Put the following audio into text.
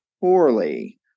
poorly